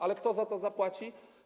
Ale kto za to zapłaci?